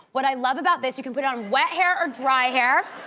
what i love about this, you can put on wet hair or dry hair.